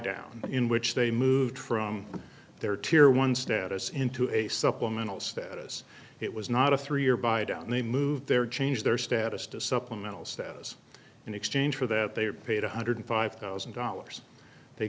down in which they moved from their tear one status into a supplemental status it was not a three year by down they moved their change their status to supplemental status in exchange for that they were paid one hundred five thousand dollars they